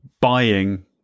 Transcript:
buying